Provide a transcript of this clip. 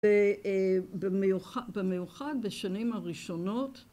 במיוחד בשנים הראשונות